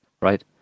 Right